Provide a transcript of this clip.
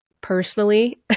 personally